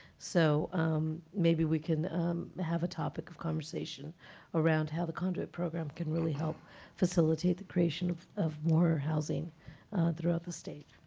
so maybe we can have a topic of conversation around how the conduit program can really help facilitate the creation of of more housing throughout the state.